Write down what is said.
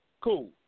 cool